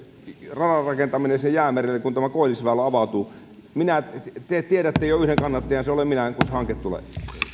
radan rakentaminen sinne jäämerelle kun tämä koillisväylä avautuu te tiedätte jo yhden kannattajan se olen minä kun se hanke tulee